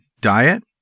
diet